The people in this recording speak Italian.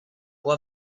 può